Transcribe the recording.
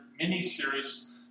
miniseries